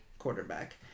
quarterback